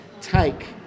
take